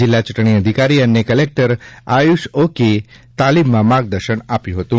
જિલ્લા ચૂંટણી અધિકારી અને કલેક્ટર આયુષ ઓકે તાલીમમાં માર્ગદર્શન આપ્યુ હતું